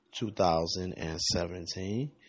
2017